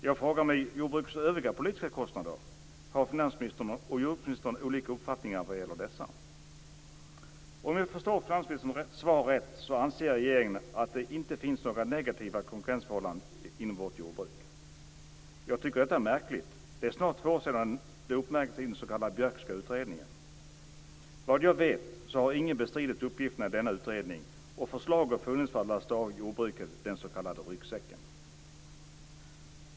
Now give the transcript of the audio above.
Jag frågar mig om finansministern och jordbruksministern har olika uppfattningar vad gäller jordbrukets övriga politiska kostnader. Om jag förstår finansministerns svar rätt anser regeringen att det inte finns några negativa konkurrensförhållanden inom vårt jordbruk. Jag tycker att detta är märkligt. Det är snart två år sedan detta uppmärksammades i den s.k. Björkska utredningen. Såvitt jag vet har ingen bestridit uppgifterna i den utredningen, och förslag har funnits för att lasta av jordbruket den s.k. ryggsäcken.